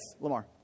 Lamar